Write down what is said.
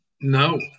No